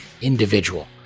individual